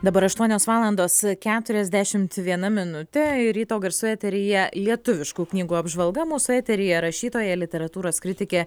dabar aštuonios valandos keturiasdešimt viena minutė ryto garsų eteryje lietuviškų knygų apžvalga mūsų eteryje rašytoja literatūros kritikė